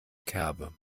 kerbe